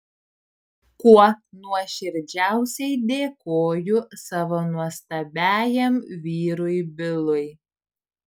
kuo nuoširdžiausiai dėkoju savo nuostabiajam vyrui bilui